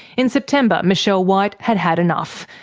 in september michelle white had had enough,